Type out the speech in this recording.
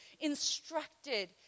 instructed